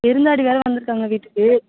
விருந்தாடி வேறு வந்து இருக்காங்க வீட்டுக்கு